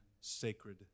sacred